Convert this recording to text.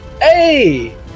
Hey